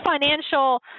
financial